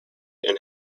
and